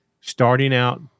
starting-out